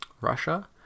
russia